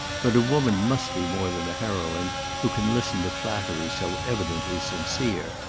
but a woman must be more than a heroine who can listen to flattery so evidently sincere,